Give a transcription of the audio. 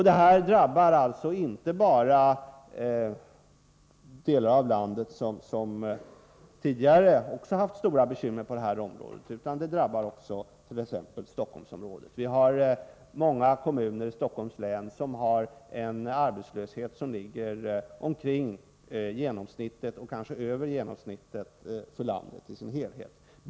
Detta drabbar inte bara delar av landet som tidigare haft stora bekymmer på det här området, utan det drabbar också t.ex. Stockholmsområdet. Vi har många kommuner i Stockholms län som har en arbetslöshet som ligger omkring genomsnittet och kanske över genomsnittet för landet i sin helhet.